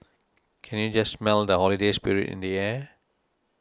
can you just smell the holiday spirit in the air